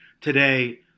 Today